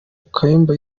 kayumba